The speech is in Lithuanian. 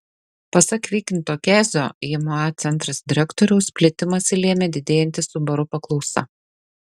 pasak vykinto kezio jma centras direktoriaus plėtimąsi lėmė didėjanti subaru paklausa